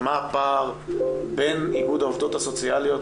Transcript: מה הפער בין איגוד העובדות הסוציאליות